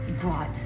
brought